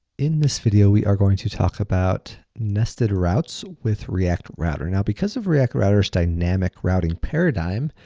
in this video, we are going to talk about nested routes with react router. now, because of react router's dynamic routing paradigm,